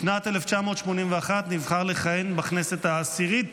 בשנת 1981 נבחר לכהן בכנסת העשירית